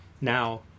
Now